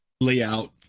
layout